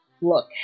look